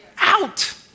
out